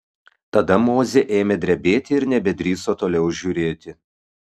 tada mozė ėmė drebėti ir nebedrįso toliau žiūrėti